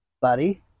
buddy